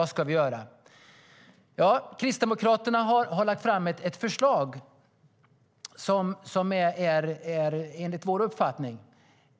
Vad ska vi göra? Kristdemokraterna har lagt fram ett förslag som enligt vår uppfattning